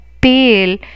pale